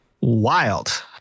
Wild